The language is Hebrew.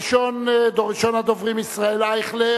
ראשון הדוברים, חבר הכנסת ישראל אייכלר,